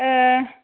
ए